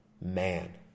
man